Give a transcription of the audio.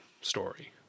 story